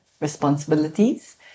responsibilities